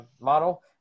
model